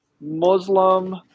Muslim